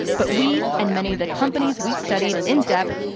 but we, and many of the companies we studied in depth,